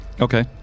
Okay